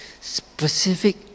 specific